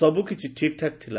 ସବୁକିଛି ଠିକ୍ଠାକ୍ ଥିଲା